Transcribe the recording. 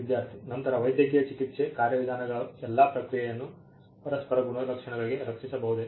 ವಿದ್ಯಾರ್ಥಿ ನಂತರ ವೈದ್ಯಕೀಯ ಚಿಕಿತ್ಸೆ ಕಾರ್ಯವಿಧಾನಗಳ ಎಲ್ಲಾ ಪ್ರಕ್ರಿಯೆಯನ್ನು ಪರಸ್ಪರ ಗುಣಲಕ್ಷಣಗಳಿಗೆ ರಕ್ಷಿಸಬಹುದು